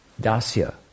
dasya